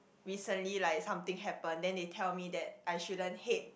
recently like something happened then they tell me that I shouldn't hate